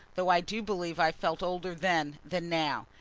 though i do believe i felt older then than now.